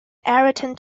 ayrton